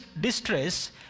distress